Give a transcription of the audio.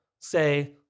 say